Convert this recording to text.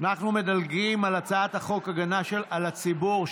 אנחנו מדלגים על הצעת חוק הגנה על הציבור,